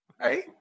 right